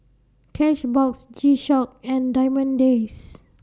Cashbox G Shock and Diamond Days